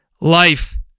Life